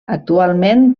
actualment